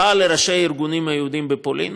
היא הלכה לראשי הארגונים היהודיים בפולין,